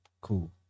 Cool